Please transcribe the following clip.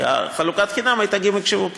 כי חלוקת החינם הייתה גימיק שיווקי.